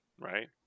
right